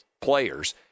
players